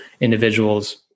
individuals